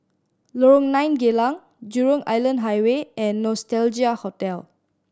Lorong Nine Geylang Jurong Island Highway and Nostalgia Hotel